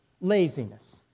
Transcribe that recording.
laziness